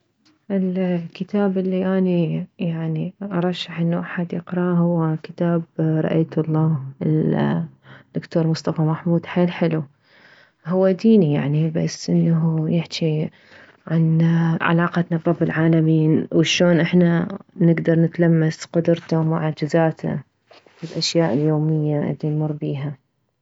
الكتاب لي اني يعني ارشح انه احد يقرا هو كتاب رايت الله للدكتور مصطفى محمود حيل حلو هو ديني يعني بس انه يحجي عن علاقتنا برب العالمين وشلون احنا نكدر نتلمس قدرته ومعجزاته بالاشياء اليومية الي نمر بيها